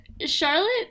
Charlotte